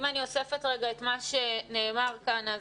אם אני אוספת רגע את מה שנאמר כאן,